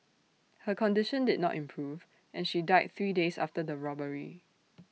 her condition did not improve and she died three days after the robbery